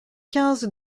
quinze